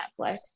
netflix